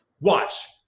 Watch